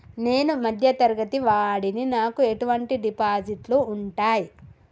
నేను మధ్య తరగతి వాడిని నాకు ఎటువంటి డిపాజిట్లు ఉంటయ్?